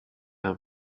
are